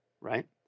right